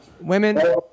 Women